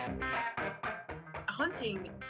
Hunting